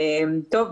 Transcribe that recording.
טוב.